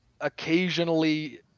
occasionally